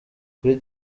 kuri